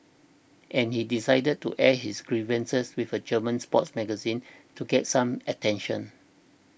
and he decided to air his grievances with a German sports magazine to gets some attention